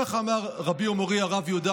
כך אמר רבי ומורי הרב יהודה